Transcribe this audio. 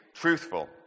truthful